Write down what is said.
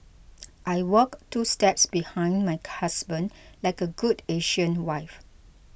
I walk two steps behind my husband like a good Asian wife